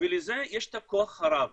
ולזה יש כוח רב.